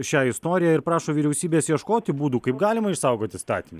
į šią istoriją ir prašo vyriausybės ieškoti būdų kaip galima išsaugoti statinį